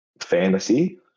fantasy